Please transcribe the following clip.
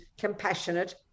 compassionate